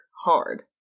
hard